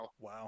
Wow